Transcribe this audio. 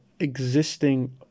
existing